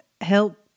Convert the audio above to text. help